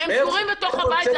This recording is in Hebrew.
כי הם סגורים בתוך הבית.